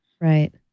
Right